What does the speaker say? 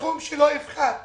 בסכום שלא יפחת